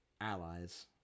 allies